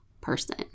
person